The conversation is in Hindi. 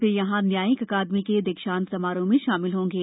वे यहां न्यायिक अकादमी के दीक्षांत समारोह में शामिल होंगे